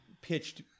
pitched